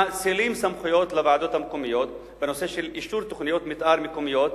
מאצילים סמכויות לוועדות המקומיות בנושא אישור תוכניות מיתאר מקומיות,